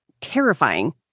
terrifying